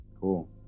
cool